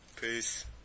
Peace